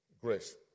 grace